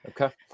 Okay